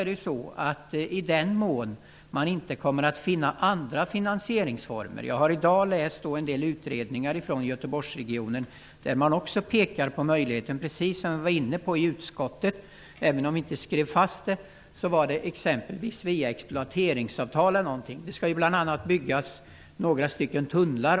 Det kan hända att man kommer att finna andra finansieringsformer. Jag har i dag läst en del utredningar från Göteborgsregionen där de också pekar på möjligheten att finansiera detta via t.ex. exploateringsavtal. Det skall ju bl.a. byggas några tunnlar.